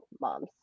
moms